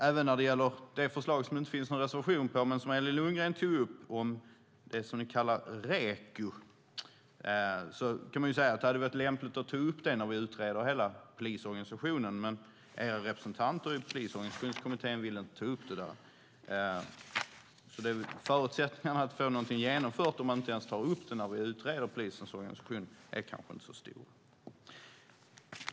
Även det förslag som det inte finns någon reservation om men som Elin Lundgren tog upp, det som vi kallar Reko, hade det varit lämpligt att ta upp när vi utreder hela polisorganisationen. Men er representant i Polisorganisationskommittén ville inte ta upp frågan där, så förutsättningarna att få något genomfört om man inte ens tar upp det när vi utreder polisens organisation är kanske inte så stor.